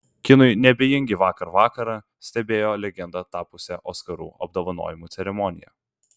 kinui neabejingi vakar vakarą stebėjo legenda tapusią oskarų apdovanojimų ceremoniją